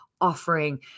offering